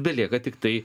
belieka tiktai